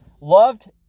loved